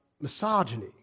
misogyny